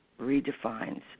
redefines